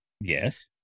Yes